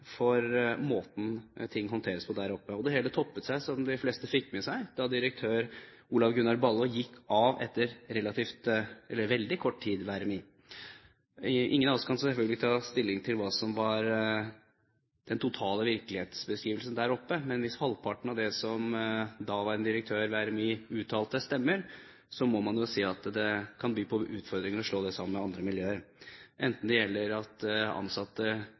for måten ting håndteres på der oppe. Det hele toppet seg, som de fleste fikk med seg, da direktør Olav Gunnar Ballo gikk av etter veldig kort tid ved RMI. Ingen av oss kan selvfølgelig ta stilling til hva som var den totale virkelighetsbeskrivelsen der oppe, men hvis halvparten av det som daværende direktør ved RMI uttalte, stemmer, må man si at det kan by på utfordringer å slå det sammen med andre miljøer, enten det gjelder at ansatte